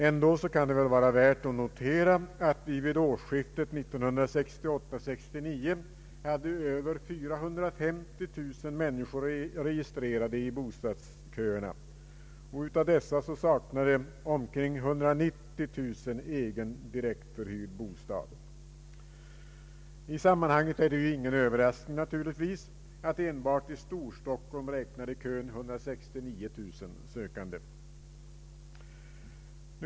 Ändå kan det vara värt att notera att vi vid årsskiftet 1968/1969 hade över 450 000 människor registrerade i bostadsköerna. Av dessa saknade omkring 190 000 egen direktförhyrd bostad. I sammanhanget är det naturligtvis ingen överraskning att enbart i Storstockholm kön räknade 169 000 sökande.